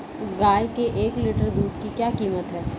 गाय के एक लीटर दूध की क्या कीमत है?